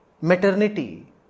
maternity